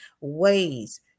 ways